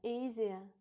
easier